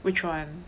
which one